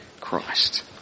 Christ